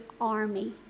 army